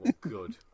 good